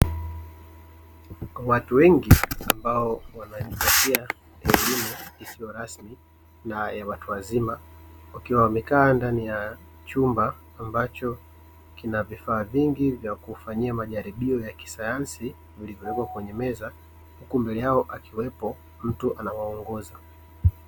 Watu wengi ambao wanajipatia elimu isiyo rasmi na ya watu wazima, wakiwa wamekaa ndani ya chumba ambacho kina vifaa vingi vya kufanyia majaribio ya kisayansi vilivyowekwa kwenye meza, huku mbele yao akiwepo mtu anae waongoza.